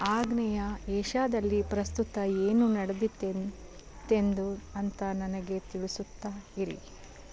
ಆಗ್ನೇಯ ಏಷ್ಯಾದಲ್ಲಿ ಪ್ರಸ್ತುತ ಏನು ನಡೆದಿತ್ತೆನ್ ತ್ತೆಂದು ಅಂತ ನನಗೆ ತಿಳಿಸುತ್ತಾ ಇರಿ